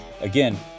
Again